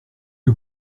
que